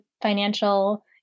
financial